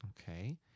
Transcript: Okay